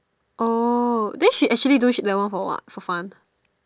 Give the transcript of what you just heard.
oh then she actually do shit level one for what for fun